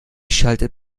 schaltet